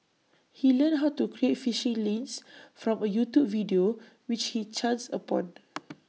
he learned how to create phishing links from A YouTube video which he chanced upon